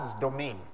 domain